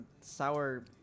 sour